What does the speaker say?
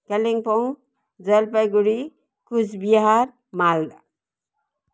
Kalimpong Jalpaiguri Cooch Behar Malda